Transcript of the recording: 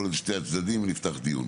יכול עוד שתי הצדדים נפתח דיון,